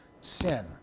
sin